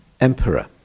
Emperor